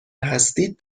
هستید